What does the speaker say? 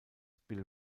bill